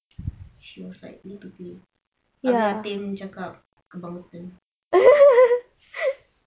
she was like need to pay habis atin cakap